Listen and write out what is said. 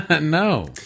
No